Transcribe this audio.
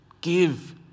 give